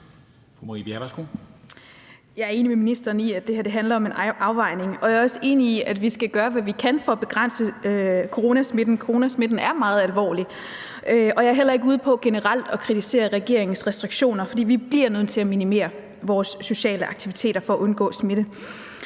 Jeg er enig med ministeren i, at det her handler om en afvejning, og jeg er også enig i, at vi skal gøre, hvad vi kan, for at begrænse coronasmitten. Coronasmitten er meget alvorlig, og jeg er heller ikke ude på generelt at kritisere regeringens restriktioner. For vi bliver nødt til at minimere vores sociale aktiviteter for at undgå smitte.